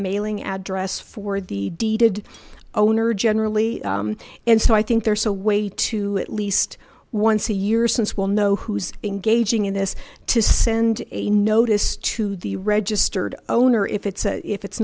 mailing address for the deeded owner generally and so i think there's a way to at least once a year since we'll know who's engaging in this to send a notice to the registered owner if it's a if it's